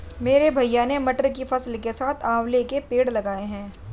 मेरे भैया ने मटर की फसल के साथ आंवला के पेड़ लगाए हैं